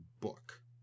book